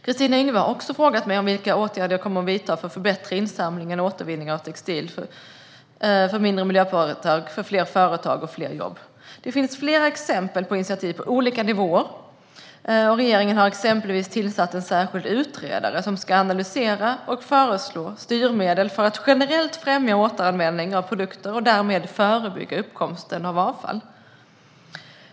Kristina Yngwe har också frågat mig vilka åtgärder jag kommer att vidta för att förbättra insamling och återvinning av textil för mindre miljöpåverkan, fler företag och fler jobb. Det finns flera exempel på initiativ på olika nivåer. Regeringen har exempelvis tillsatt en särskild utredare som ska analysera och föreslå styrmedel för att generellt främja återanvändning av produkter och därmed förebygga uppkomsten av avfall.